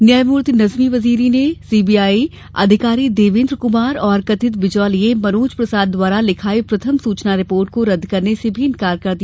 न्यायमूर्ति नज़मी वज़ीरी ने सीबीआई अधिकारी देवेन्द्र कुमार और कथित बिचौलिए मनोज प्रसाद द्वारा लिखाई प्रथम सूचना रिपोर्ट को रद्द करने से भी इनकार कर दिया